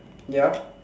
ya